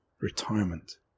Retirement